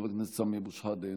חבר הכנסת סמי אבו שחאדה,